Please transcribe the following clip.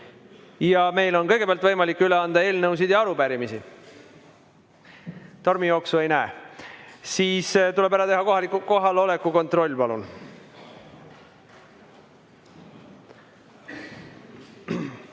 Meil on kõigepealt võimalik üle anda eelnõusid ja arupärimisi. Tormijooksu ma ei näe. Siis tuleb teha kohaloleku kontroll. Palun!